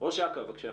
ראש אכ"א, בבקשה.